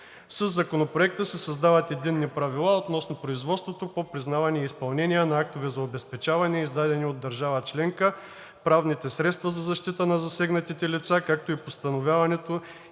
Със Законопроекта се създават единни правила относно производството по признаване и изпълнение на актове за обезпечаване, издадени от държава членка, правните средства за защита на засегнатите лица, както и постановяването